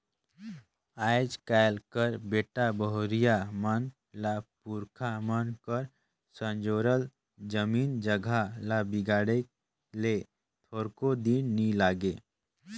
आएज काएल कर बेटा बहुरिया मन ल पुरखा मन कर संजोरल जमीन जगहा ल बिगाड़े ले थोरको दिन नी लागे